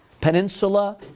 Peninsula